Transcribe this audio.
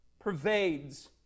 pervades